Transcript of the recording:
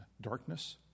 darkness